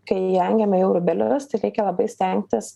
kai rengiame jau rūbelius tai reikia labai stengtis